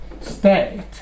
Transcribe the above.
state